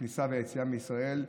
הכניסה והיציאה מישראל,